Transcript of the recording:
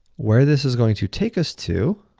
where this is going to take us to